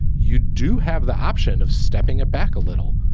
you do have the option of stepping it back a little.